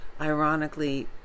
ironically